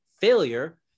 failure